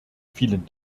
vielen